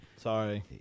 Sorry